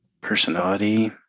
Personality